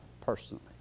personally